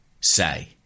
say